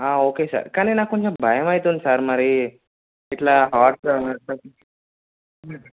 okay sir కానీ నా కొంచెం భయం అవుతుంది సార్ మరి ఇట్లా హార్ట్